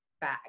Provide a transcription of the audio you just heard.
bag